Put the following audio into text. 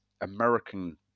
American